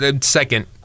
Second